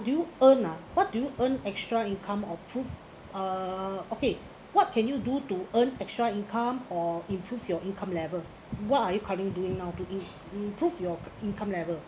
do you earn ah what do you earn extra income or proof uh okay what can you do to earn extra income or improve your income level what are you current doing now to improve your income level